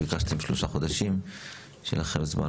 ביקשתם שלושה חודשים שיהיה לכם זמן